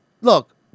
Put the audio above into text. look